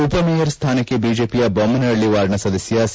ಉಪಮೇಯರ್ ಸ್ಥಾನಕ್ಕೆ ಬಿಜೆಪಿಯ ಬೊಮ್ಥನಹಳ್ಳ ವಾರ್ಡ್ನ ಸದಸ್ಯ ಸಿ